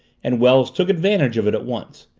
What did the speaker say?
and wells took advantage of it at once.